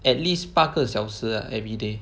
at least 八个小时 ah everyday